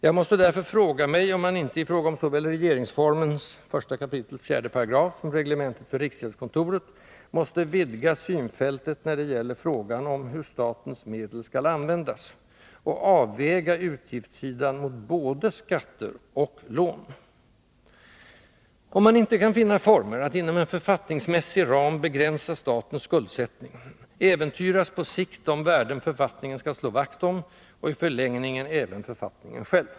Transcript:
Jag måste därför fråga mig om man inte i fråga om såväl regeringsformen 1 kap. 4§ som reglementet för riksgäldskontoret måste vidga synfältet när det gäller frågan om ”hur statens medel skall användas” och avväga utgiftssidan mot både skatter och lån. Om man inte kan finna former att inom en författningsmässig ram begränsa statens skuldsättning, äventyras på sikt de värden författningen skall slå vakt om, och i förlängningen även författningen själv.